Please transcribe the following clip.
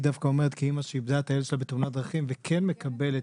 היא דווקא אומרת כאימא שאיבדה את הילד שלה בתאונת דרכים וכן מקבלת,